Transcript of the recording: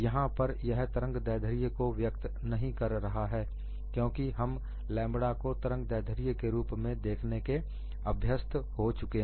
यहां पर यह तरंग दैर्ध्य को व्यक्त नहीं कर रहा है क्योंकि हम लैंम्ब्डा को तरंग दैर्ध्य के रूप में देखने के अभ्यस्त हो चुके हैं